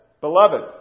Beloved